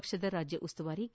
ಪಕ್ಷದ ರಾಜ್ಯ ಉಸ್ತುವಾರಿ ಕೆ